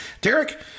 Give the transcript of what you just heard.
Derek